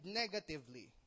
negatively